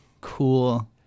Cool